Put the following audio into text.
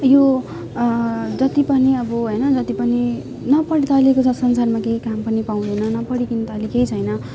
यो जति पनि अब होइन जति पनि नपढ्दा अहिलेको संसारमा केही काम पनि पाउँदैन नपढिकन त अहिले केही छैन